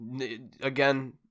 again